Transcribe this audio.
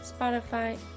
Spotify